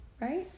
right